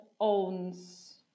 owns